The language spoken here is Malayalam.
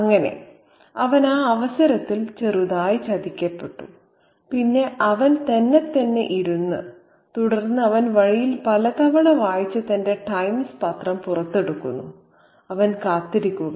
അങ്ങനെ അവൻ ആ അവസരത്തിൽ ചെറുതായി ചതിക്കപ്പെട്ടു പിന്നെ അവൻ തന്നെത്തന്നെ ഇരുന്നു തുടർന്ന് അവൻ വഴിയിൽ പലതവണ വായിച്ച തന്റെ ടൈംസ് പത്രം പുറത്തെടുത്തു അവൻ കാത്തിരിക്കുന്നു